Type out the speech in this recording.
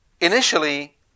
Initially